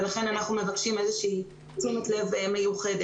ולכן אנחנו מבקשים איזו שהיא תשומת לב מיוחדת.